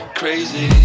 crazy